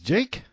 Jake